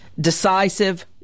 decisive